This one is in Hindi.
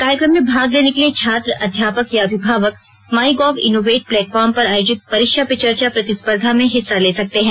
कार्यक्रम में भाग लेने के लिए छात्र अध्यापक या अभिभावक माई गोव इनोवेट प्लेटफार्म पर आयोजित परीक्षा पे चर्चा प्रतिस्पर्धा में हिस्सा ले सकते हैं